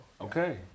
Okay